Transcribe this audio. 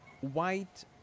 white